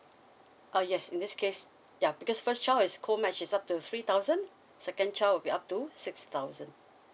oh yes in this case ya because the first child is co match is up to three thousand second child will be up to six thousand